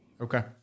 Okay